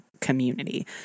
community